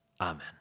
Amen